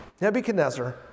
Nebuchadnezzar